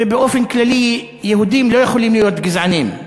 ובאופן כללי יהודים לא יכולים להיות גזענים.